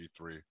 E3